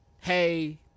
hey